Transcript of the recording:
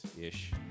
ish